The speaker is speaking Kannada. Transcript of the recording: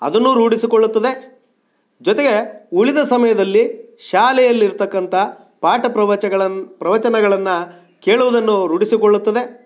ಅದನ್ನೂ ರೂಢಿಸಿಕೊಳ್ಳುತ್ತದೆ ಜೊತೆಗೆ ಉಳಿದ ಸಮಯದಲ್ಲಿ ಶಾಲೆಯಲ್ಲಿ ಇರತಕ್ಕಂಥ ಪಾಠ ಪ್ರವಚನಗಳನ್ ಪ್ರವಚನಗಳನ್ನು ಕೇಳುವುದನ್ನು ರೂಢಿಸಿಕೊಳ್ಳುತ್ತದೆ